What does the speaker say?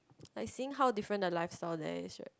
like seeing how different the lifestyle there is right